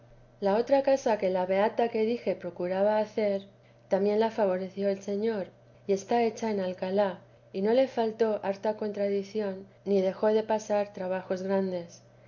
la otra casa que la beata que dije procuraba hacer también la favoreció el señor y está hecha en alcalá y no le faltó harta contradición ni dejó de pasar trabajos grandes